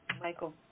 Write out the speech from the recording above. Michael